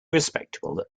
respectable